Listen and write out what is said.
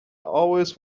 always